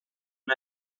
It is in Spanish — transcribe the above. una